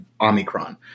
Omicron